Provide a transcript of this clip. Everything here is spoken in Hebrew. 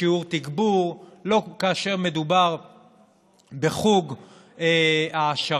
בשיעור תגבור, לא כאשר מדובר בחוג העשרה.